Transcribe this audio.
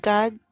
God